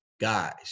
guys